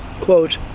Quote